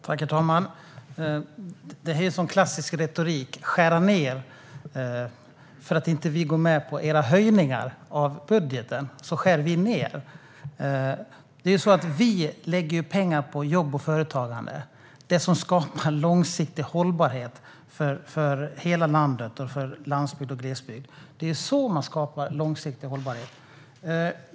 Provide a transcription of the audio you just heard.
Herr talman! Talet om att skära ned är klassisk retorik. På grund av att vi inte går med på era höjningar i budgeten heter det att vi skär ned. Vi lägger pengar på jobb och företagande - det som skapar långsiktig hållbarhet för hela landet, även landsbygd och glesbygd. Det är så man skapar långsiktig hållbarhet.